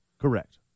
Correct